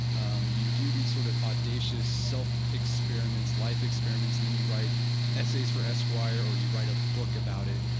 um you do these sorts sort of audacious self experiments, life experiments then you write essays for esquire or you write a book about it.